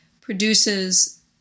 produces